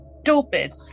stupid